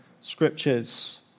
Scriptures